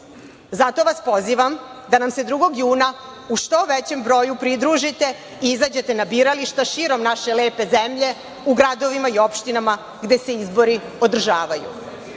Zato vas pozivam da nam se 2. juna u što većem broju pridružite i izađete na birališta širom naše lepe zemlje, u gradovima i opštinama gde se izbori održavaju.